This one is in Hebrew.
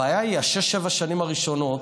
הבעיה היא שש-שבע השנים הראשונות,